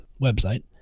website